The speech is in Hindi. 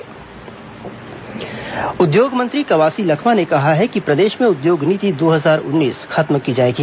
विधानसभा उद्योग नीति उद्योग मंत्री कवासी लखमा ने कहा है कि प्रदेश में उद्योग नीति दो हजार उन्नीस खत्म की जाएगी